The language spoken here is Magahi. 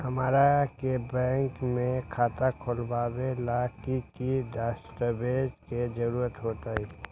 हमरा के बैंक में खाता खोलबाबे ला की की दस्तावेज के जरूरत होतई?